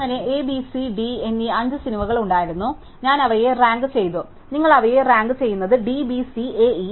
അങ്ങനെ A B C D E എന്നീ 5 സിനിമകൾ ഉണ്ടായിരുന്നു ഞാൻ അവയെ റാങ്കുചെയ്തു നിങ്ങൾ അവയെ റാങ്ക് ചെയ്യുന്നു D B C AE